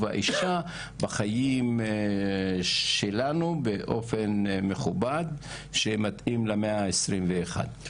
האישה בחיים שלנו באופן מכובד שמתאים למאה ה-21.